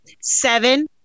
seven